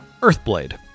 Earthblade